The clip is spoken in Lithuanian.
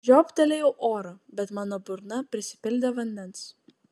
žiobtelėjau oro bet mano burna prisipildė vandens